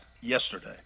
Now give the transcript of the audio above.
yesterday